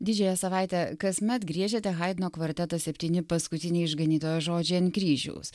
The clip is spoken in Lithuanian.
didžiąją savaitę kasmet griežiate haidno kvartetą septyni paskutiniai išganytojo žodžiai ant kryžiaus